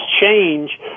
change